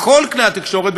מכל כלי התקשורת,